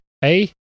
hey